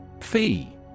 Fee